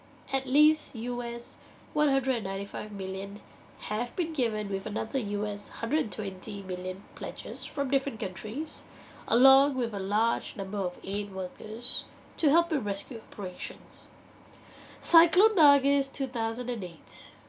at least U_S one hundred and ninety five million have been given with another U_S hundred and twenty million pledges from different countries along with a large number of aid workers to help the rescue operations cyclone nargis two thousand and eight